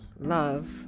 love